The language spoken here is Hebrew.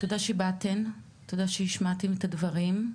תודה שבאתן, תודה שהשמעתן את הדברים.